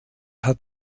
hat